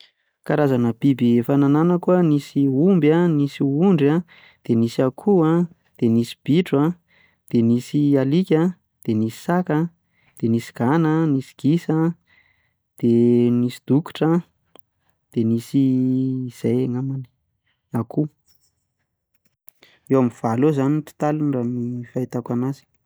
Karazana biby efa nananako a nisy omby a, ny ondry a de nisy akoho a de nisy bitro a de nisy alika a de nisy saka a de nisy gana a, nisy gisa a, de nisy dokotra a de nisy zay angambany, akoho. Eo am'valo eo zany ny tôtaliny raha ny fahitako anazy.